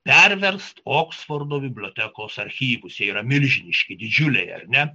perverst oksfordo bibliotekos archyvus jie yra milžiniški didžiuliai ar ne